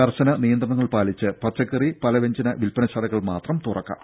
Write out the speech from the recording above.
കർശന നിയന്ത്രണങ്ങൾ പാലിച്ച് പച്ചക്കറി പലവ്യഞ്ജന വിൽപ്പനശാലകൾമാത്രം തുറക്കാം